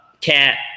Cat